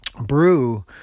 brew